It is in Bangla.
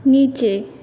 নিচে